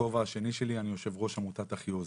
בכובע השני שלי אני יושב ראש עמותת אחיעוז.